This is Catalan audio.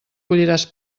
colliràs